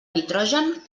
nitrogen